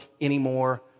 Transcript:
anymore